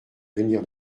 venir